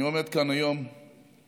אני עומד כאן היום בישיבה